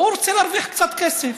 הוא רוצה להרוויח קצת כסף.